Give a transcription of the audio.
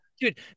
dude